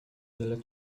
tyle